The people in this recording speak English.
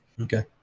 Okay